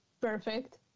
perfect